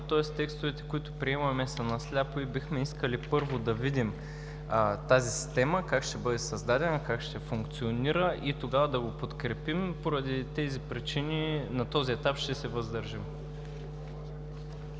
тоест текстовете, които приемаме, са на сляпо и бихме искали първо да видим тази система – как ще бъде създадена, как ще функционира и тогава да го подкрепим. Поради тези причини на този етап ще се въздържим.